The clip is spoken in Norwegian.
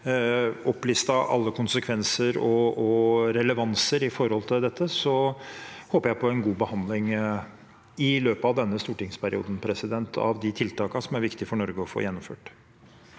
får opplistet alle konsekvenser og all relevans i forhold til dette, håper jeg på en god behandling i løpet av denne stortingsperioden av de tiltakene som er viktig for Norge å få gjennomført.